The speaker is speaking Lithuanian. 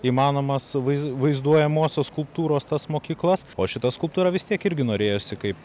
įmanomas vaiz vaizduojamosios skulptūros tas mokyklas o šita skulptūra vis tiek irgi norėjosi kaip